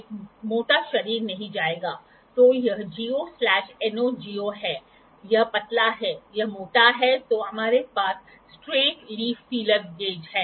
इसलिए यहां हम एंगल को बदलने और इसे अपने बेवेल प्रोट्रैक्टर की तरह लॉक करने की कोशिश कर सकते हैं